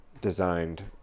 designed